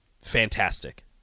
fantastic